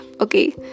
okay